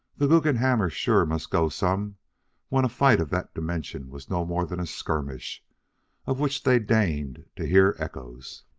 the guggenhammers sure must go some when a fight of that dimension was no more than a skirmish of which they deigned to hear echoes.